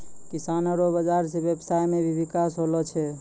किसानो रो बाजार से व्यबसाय मे भी बिकास होलो छै